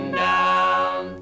down